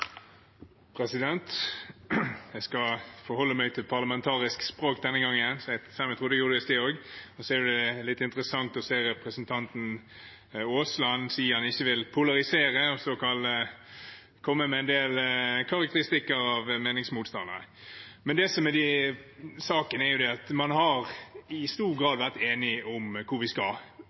Jeg skal forholde meg til parlamentarisk språk denne gangen, selv om jeg trodde jeg gjorde det i sted også. Det er litt interessant å se representanten Aasland si at han ikke vil polarisere, og så komme med en del karakteristikker av meningsmotstandere. Det som er saken, er at man i stor grad har vært enige om hvor vi skal,